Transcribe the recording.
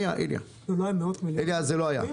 --- איליה, זה לא היה.